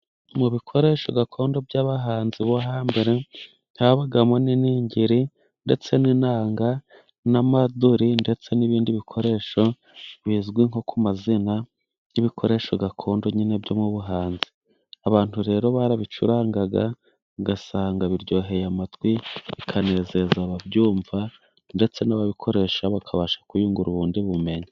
Mu bikoresho gakondo by'abahanzi bo hambere, habagamo iningiri, inanga n'umuduri .N'ibindi bikoresho bizwi mu mazina y'ibikoresho gakondo. Abantu rero barabicurangaga ,ugasanga biryoheye amatwi, bikanezeza ababyumva ndetse n'ababikoresha. Bakabasha kwiyungura ubundi bumenyi.